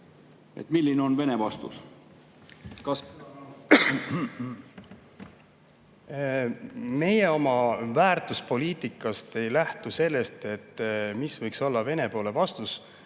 Milline on Venemaa vastus? Meie oma väärtuspoliitikas ei lähtu sellest, mis võiks olla Vene poole vastus.